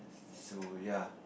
so ya